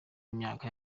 imyaka